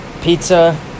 pizza